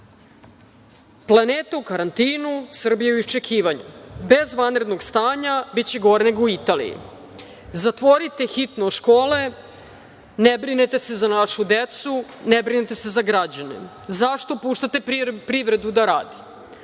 Planeta u karantinu. Srbija je u iščekivanju. Bez vanrednog stanja biće gore nego u Italiji. Zatvorite hitno škole, ne brinete se za našu decu, ne brinete se za građane. Zašto puštate privredu da radi?